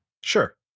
Sure